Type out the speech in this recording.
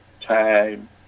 time